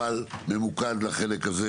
אבל ממוקד לחלק הזה